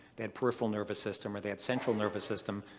they had peripheral nervous system or they had central nervous system,